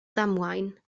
ddamwain